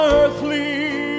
earthly